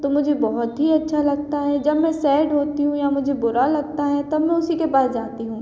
तो मुझे बहुत ही अच्छा लगता है जब मैं सेड होती हूँ या मुझे बुरा लगता है तब मैं उसी के पास जाती हूँ